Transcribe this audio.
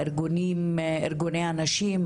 ארגוני הנשים,